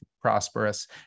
prosperous